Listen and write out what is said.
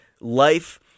life